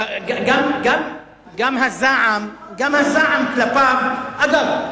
גם הזעם כלפיו, אגב,